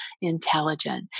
intelligent